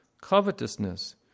covetousness